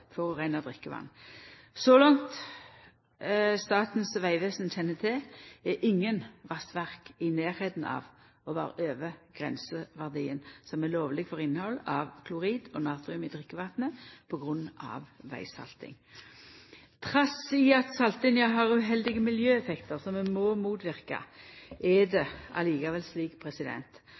vegsaltinga ikkje forureinar drikkevatn. Så langt Statens vegvesen kjenner til, er ingen vassverk i nærleiken av å vera over grenseverdien som er lovleg for innhald av klorid og natrium i drikkevatnet på grunn av vegsalting. Trass i at saltinga har uheldige miljøeffektar som vi må motverka, er det likevel slik